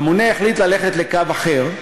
הממונה החליט ללכת לקו אחר,